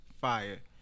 fire